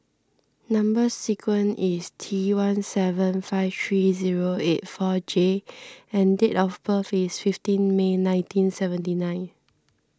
Number Sequence is T one seven five three zero eight four J and date of birth is fifteen May nineteen seventy nine